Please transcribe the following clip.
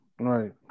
Right